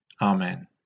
Amen